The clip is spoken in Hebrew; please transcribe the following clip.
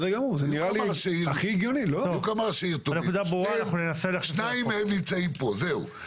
הנקודה ברורה, אנחנו ננסה להכניס את זה לחוק.